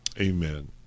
amen